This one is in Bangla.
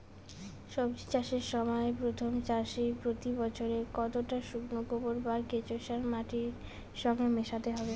সবজি চাষের সময় প্রথম চাষে প্রতি একরে কতটা শুকনো গোবর বা কেঁচো সার মাটির সঙ্গে মেশাতে হবে?